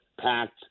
packed